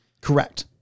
Correct